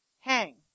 hang